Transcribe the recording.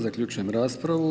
Zaključujem raspravu.